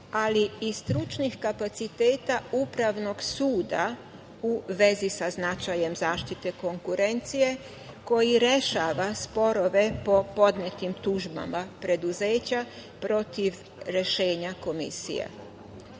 ali i stručnih kapaciteta Upravnog suda u vezi sa značajem zaštite konkurencije, koji rešava sporove po podnetim tužbama preduzeća protiv rešenja Komisije. Bitno